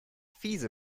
fiese